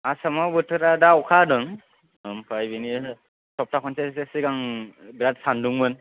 आसामाव बोथोरा दा अखा हादों आमफ्राय बेनि सफ्था खनसेसो सिगां बिराथ सानदुंमोन